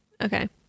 Okay